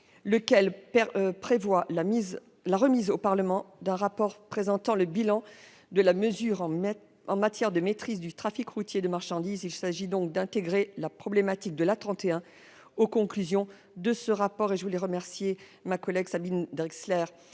lequel prévoit la remise au Parlement d'un rapport présentant le bilan de la mesure en matière de maîtrise du trafic routier de marchandises. Il s'agit d'intégrer la problématique de l'A31 aux conclusions de ce rapport. À cet égard, je veux remercier ma collègue alsacienne